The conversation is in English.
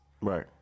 Right